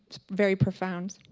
very profound.